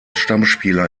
stammspieler